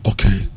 Okay